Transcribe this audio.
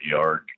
yard